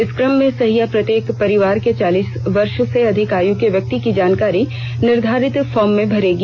इस क्रम में सहिया प्रत्येक परिवार के चालीस वर्ष से अधिक आयु के व्यक्ति की जानकारी निर्धारित फार्म में भरेगी